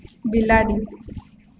બિલાડી